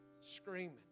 Screaming